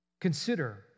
Consider